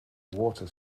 water